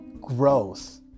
growth